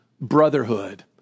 brotherhood